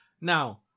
Now